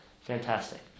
Fantastic